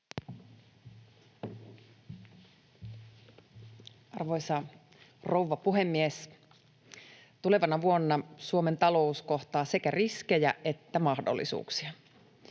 Arvoisa rouva puhemies! Tulevana vuonna Suomen talous kohtaa sekä riskejä että mahdollisuuksia.